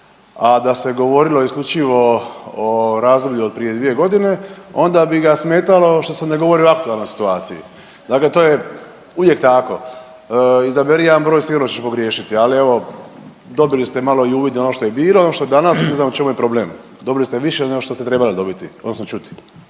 a da se govorilo isključivo o razdoblju od prije dvije godine onda bi ga smetalo što se ne govori o aktualnoj situaciji. Dakle, to je uvijek tako. Izaberi jedan broj sigurno ćeš pogriješiti. Ali evo, dobili ste malo uvid i u ono što je bilo, ono što je danas. Ne znam u čemu je problem? Dobili ste više nego što ste trebali dobiti, odnosno čuti.